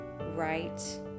right